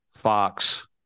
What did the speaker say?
Fox